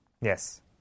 Yes